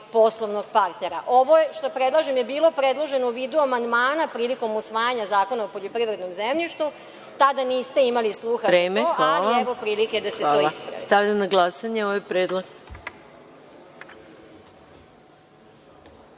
poslovnog partnera. Ovo što predlažem je bilo predloženo u vidu amandmana prilikom usvajanja Zakona o poljoprivrednom zemljištu. Tada niste imali sluha za to, ali evo prilike da se to ispravi.